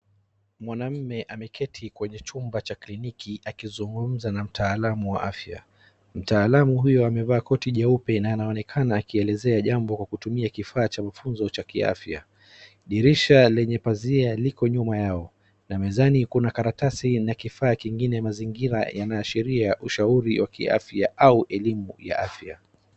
Mwanaume ameketi kwenye chumba cha kliniki akizungumza na mtaalamu wa afya. Mtaalamu huyu amevaa koti jeupe na anaonekana akielezea jambo kwa kutumia kifaa cha ufunzo cha afya. Dirisha lenye pazia liko nyuma yao na mezani kuna karatasi na kifaa kingine. Mazingira yanaashiria ushauri wa kiafya au elimu ya kiafya.